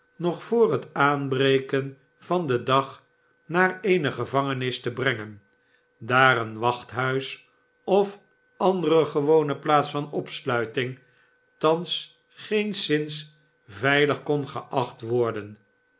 nog voor het aanbreken van den dag naar eene gevangenis te brengen daar een wachthuis of andere gewone plaats van opsluiting thans geenszins veilig kon geacht worden